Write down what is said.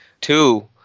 Two